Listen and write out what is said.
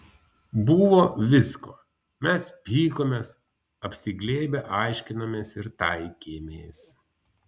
buvo visko mes pykomės apsiglėbę aiškinomės ir taikėmės